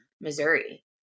Missouri